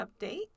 update